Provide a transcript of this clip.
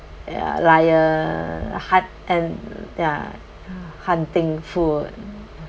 ya lion hut~ and ya hunting food